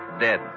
dead